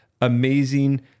amazing